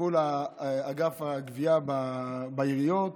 תלכו לאגף הגבייה בעיריות